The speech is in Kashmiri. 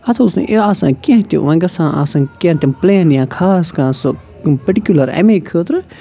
اَتھ اوس نہٕ یہِ آسان کینٛہہ تہِ وۄنۍ گَژھان آسٕنۍ کینٛہہ تِم پٕلین یا خاص کانٛہہ سُہ پٕٹِکِیوٗلَر اَمے خٲطرٕ